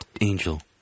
angel